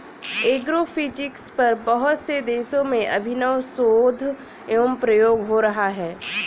agrophysics पर बहुत से देशों में अभिनव शोध एवं प्रयोग हो रहा है